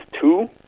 two